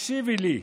תקשיבי לי,